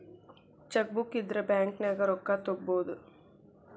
chequebook ಇದ್ರ ಬ್ಯಾಂಕ್ನ್ಯಾಗ ರೊಕ್ಕಾ ತೊಕ್ಕೋಬಹುದು